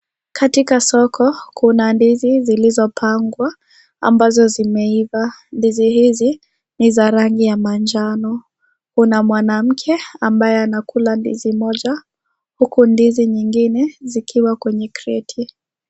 Katika soko, kuna ndizi zilizo pangwa, ambazo zimeiva, ndizi hizi, ni za rangi ya manjano, kuna mwanamke, ambaye anakula ndizi moja, huku ndizi nyingine, zikiwa kwenye kreti.